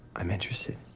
i'm interested.